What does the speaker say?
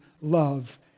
love